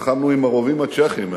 לחמנו עם הרובים הצ'כיים.